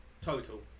Total